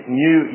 new